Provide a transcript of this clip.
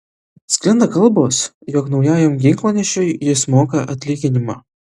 sklinda kalbos jog naujajam ginklanešiui jis moka atlyginimą